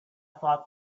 thought